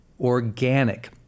organic